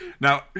Now